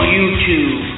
YouTube